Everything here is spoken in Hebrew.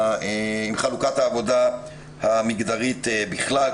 חלוקת העבודה המגדרית בפרט.